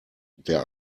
der